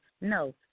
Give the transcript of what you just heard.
No